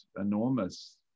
enormous